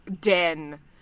den